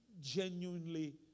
genuinely